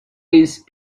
these